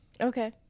okay